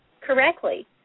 correctly